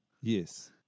Yes